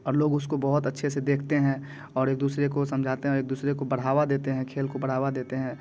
और लोग उसको बहुत अच्छे से देखते हैं और एक दूसरे को समझाते हैं और एक दूसरे को बढ़ावा देते हैं खेल को बढ़ावा देते हैं